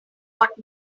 what